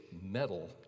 metal